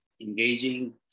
engaging